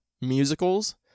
musicals